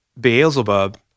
Beelzebub